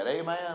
amen